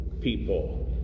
people